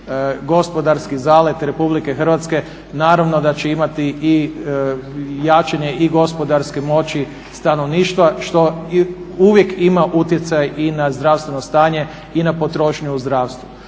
gospodarski zalet RH naravno da će imati i jačanje i gospodarske moći stanovništva što uvijek ima utjecaj i na zdravstveno stanje i na potrošnju u zdravstvu.